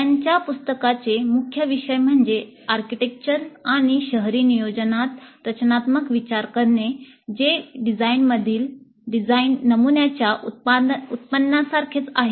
त्यांच्या पुस्तकाचे मुख्य विषय म्हणजे आर्किटेक्चर आणि शहरी नियोजनात रचनात्मक विचार करणे जे डिझाईनमधील नमुन्यांच्या उत्पन्नासारखेच आहे